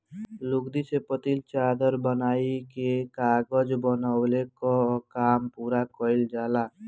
लुगदी से पतील चादर बनाइ के कागज बनवले कअ काम पूरा कइल जाला